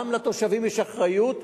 גם לתושבים יש אחריות,